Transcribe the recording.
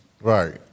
Right